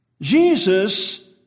Jesus